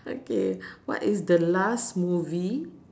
okay what is the last movie